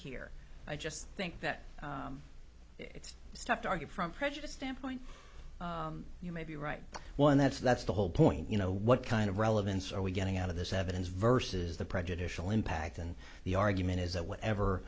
here i just think that it's stopped argue from prejudice standpoint you may be right one that's that's the whole point you know what kind of relevance are we getting out of this evidence versus the prejudicial impact and the argument is that whatever